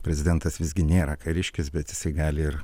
prezidentas visgi nėra kariškis bet jisai gali ir